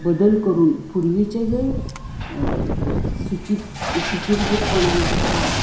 बदल करून पूर्वीचे जे सुचित शूचिर्भूतपणा त्या